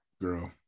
girl